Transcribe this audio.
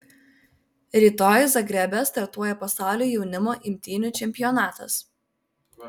rytoj zagrebe startuoja pasaulio jaunimo imtynių čempionatas